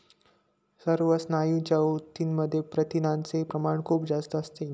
सर्व स्नायूंच्या ऊतींमध्ये प्रथिनांचे प्रमाण खूप जास्त असते